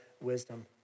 wisdom